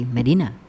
Medina